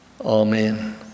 Amen